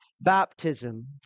Baptism